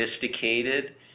sophisticated